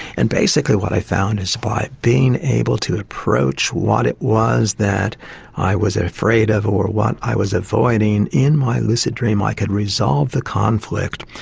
and basically what i found is that by being able to approach what it was that i was afraid of or what i was avoiding in my lucid dream i could resolve the conflict,